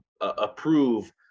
approve